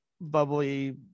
bubbly